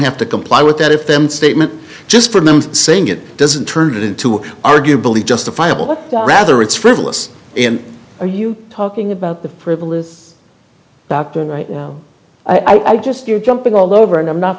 have to comply with that if then statement just for them saying it doesn't turn it into arguably justifiable rather it's frivolous and are you talking about the frivolous baktun right now i just you're jumping all over and i'm not